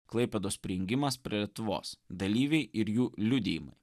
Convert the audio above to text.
klaipėdos prijungimas prie lietuvos dalyviai ir jų liudijimai